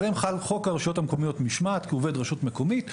עליהם חל חוק הרשויות המקומיות (משמעת) כעובד רשות מקומית.